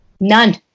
None